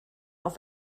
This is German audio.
auf